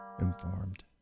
informed